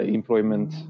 Employment